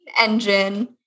engine